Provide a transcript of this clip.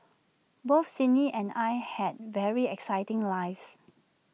both Sydney and I had very exciting lives